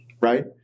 right